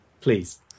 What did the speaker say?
please